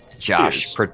Josh